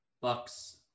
Bucks